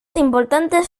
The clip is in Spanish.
importantes